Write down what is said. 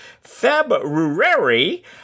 February